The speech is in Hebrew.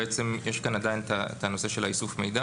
יש כאן עדיין את הנושא של איסוף המידע